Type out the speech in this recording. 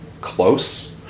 close